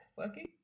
working